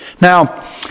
Now